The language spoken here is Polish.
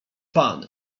pan